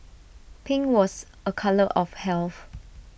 pink was A colour of health